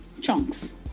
chunks